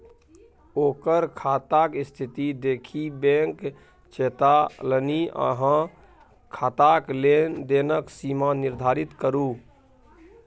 ओकर खाताक स्थिती देखि बैंक चेतोलनि अहाँ खाताक लेन देनक सीमा निर्धारित करू